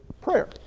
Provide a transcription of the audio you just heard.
prayer